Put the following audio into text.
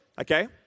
Okay